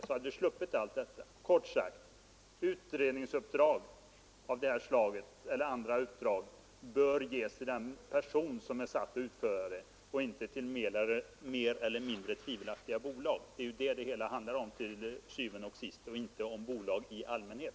Då hade vi sluppit allt detta. Kort sagt: Uppdrag av det här slaget liksom andra uppdrag bör ges till en person som är satt till att utföra det och inte till mer eller mindre tvivelaktiga bolag. Det är ju vad det hela handlar om til syvende og sidst och inte om bolag i allmänhet.